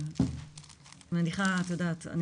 אני מניחה את יודעת,